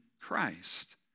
Christ